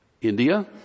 India